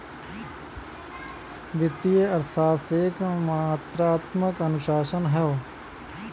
वित्तीय अर्थशास्त्र एक मात्रात्मक अनुशासन हौ